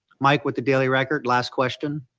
mike with the daily record last question.